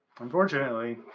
Unfortunately